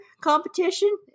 competition